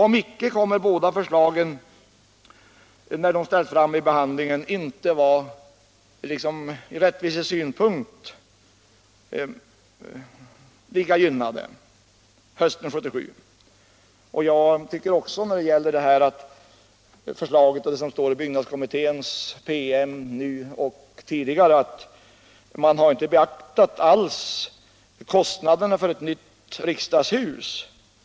Om icke kommer båda förslagen när de ställs fram i behandlingen inte att vara lika gynnade ur rättvisesynpunkt hösten 1977. Jag tycker också att man i förslaget i byggnadskommitténs PM inte alls har beaktat kostnaderna för ett nytt kanslihus.